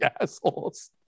Assholes